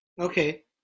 okay